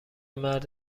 مرد